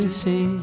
see